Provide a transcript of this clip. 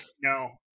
No